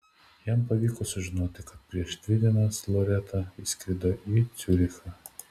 jam pavyko sužinoti kad prieš dvi dienas loreta išskrido į ciurichą